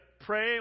pray